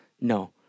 No